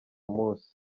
munsi